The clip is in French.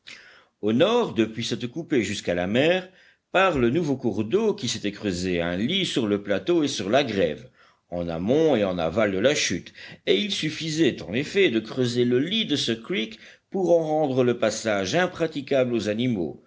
au nord depuis cette coupée jusqu'à la mer par le nouveau cours d'eau qui s'était creusé un lit sur le plateau et sur la grève en amont et en aval de la chute et il suffisait en effet de creuser le lit de ce creek pour en rendre le passage impraticable aux animaux